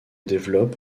développe